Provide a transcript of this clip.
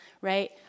right